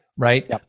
right